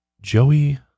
Joey